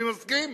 אני מסכים: